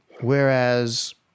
Whereas